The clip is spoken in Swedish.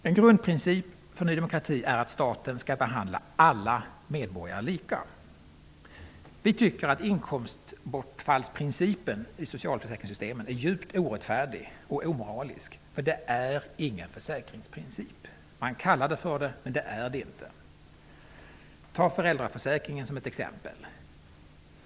En grundprincip för Ny demokrati är att staten skall behandla alla medborgare lika. Vi tycker att inkomstbortfallsprincipen i socialförsäkringssystemen är djupt orättfärdig och omoralisk, för det är ingen försäkringsprincip. Det är vad man kallar det för, men det är det inte. Ta föräldraförsäkringen som ett exempel.